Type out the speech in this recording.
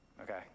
Okay